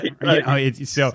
right